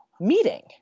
meeting